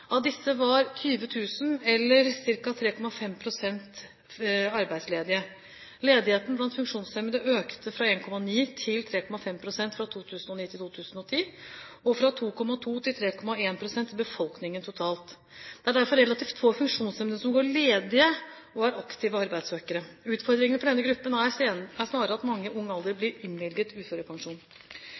Av disse var 20 000, eller ca. 3,5 pst. arbeidsledige. Ledigheten blant funksjonshemmede økte fra 1,9 pst. til 3,5 pst. fra 2009 til 2010, og fra 2,2 pst. til 3,1 pst. i befolkningen totalt. Det er derfor relativt få funksjonshemmede som går ledige, og er aktive arbeidssøkere. Utfordringene for denne gruppen er snarere at mange i ung alder blir innvilget uførepensjon.